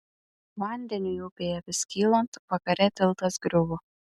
vandeniui upėje vis kylant vakare tiltas griuvo